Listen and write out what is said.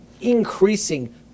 increasing